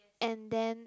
and then